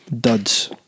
Duds